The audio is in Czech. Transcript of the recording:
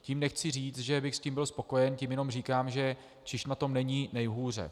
Tím nechci říct, že bych s tím byl spokojen, tím jen říkám, že ČIŽP na tom není nejhůře.